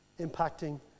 impacting